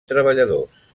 treballadors